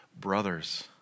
brothers